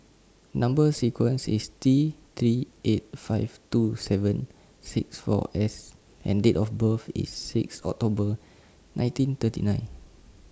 Number sequence IS T three eight five two seven six four S and Date of birth IS six October nineteen thirty nine